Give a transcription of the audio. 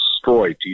destroy